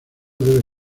debe